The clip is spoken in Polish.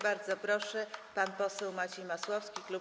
Bardzo proszę, pan poseł Maciej Masłowski, klub